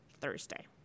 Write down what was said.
Thursday